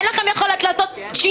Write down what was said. אין לכם יכולת לעשות שינוי